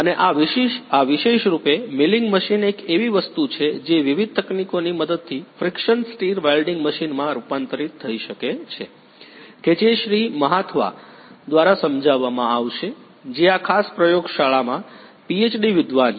અને આ વિશેષરૂપે મીલીંગ મશીન એક એવી વસ્તુ છે જે વિવિધ તકનીકોની મદદથી ફ્રિકશન સ્ટિર વેલ્ડિંગ મશીનમાં રૂપાંતરિત થઈ છે કે જે શ્રી મહાથવા દ્વારા સમજાવવામાં આવશે જે આ ખાસ પ્રયોગશાળામાં પીએચડી વિદ્વાન છે